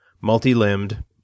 multi-limbed